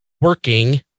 working